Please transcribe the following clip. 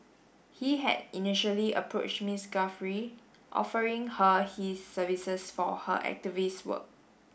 he had initially approach Miss Guthrie offering her his services for her activist work